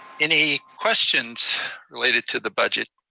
any questions related to the budget?